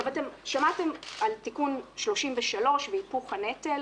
שמעתם על תיקון 33 והיפוך הנטל